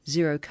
Zero